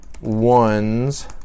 ones